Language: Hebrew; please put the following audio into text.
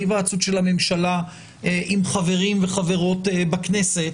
ההיוועצות של הממשלה עם חברים וחברות בכנסת,